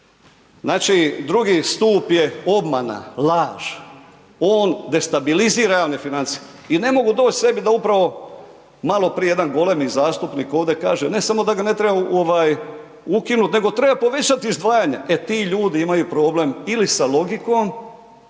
Znači drugi stup je obmana, laž, on destabilizira javne financije. I ne mogu doć k sebi da upravo maloprije jedan golemi zastupnik ovdje kaže ne samo da ga ne treba ukinut nego treba povećati izdvajanja, e ti ljudi imaju problem ili sa logikom